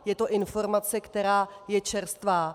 Je to informace, která je čerstvá.